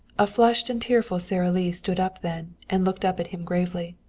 a flushed and tearful sara lee stood up then and looked up at him gravely.